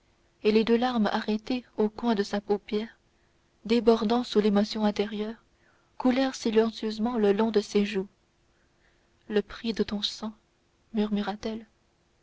et les deux larmes arrêtées au coin de sa paupière débordant sous l'émotion intérieure coulèrent silencieusement le long de ses joues le prix de son sang